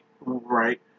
Right